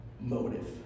motive